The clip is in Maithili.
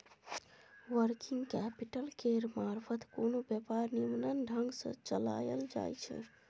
वर्किंग कैपिटल केर मारफत कोनो व्यापार निम्मन ढंग सँ चलाएल जाइ छै